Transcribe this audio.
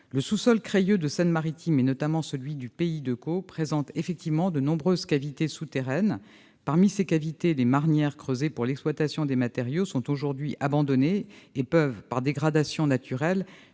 Le sous-sol crayeux de la Seine-Maritime, notamment celui du pays de Caux, présente effectivement de nombreuses cavités souterraines. Parmi ces cavités, les « marnières », creusées pour l'exploitation de matériaux, sont aujourd'hui abandonnées et peuvent, par dégradation naturelle,